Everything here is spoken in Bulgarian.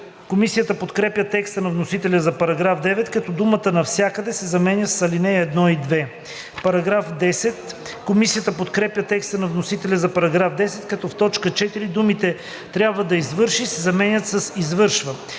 Комисията подкрепя текста на вносителя за § 9, като думата „навсякъде“ се заменя с „ал. 1 и 2“. Комисията подкрепя текста на вносителя за § 10, като в т. 4 думите „трябва да извърши“ се заменят с „извършва“.